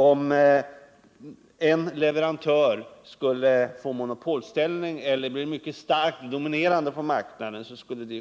Om en leverantör skulle få monopolställning eller bli mycket starkt dominerande på marknaden, skulle det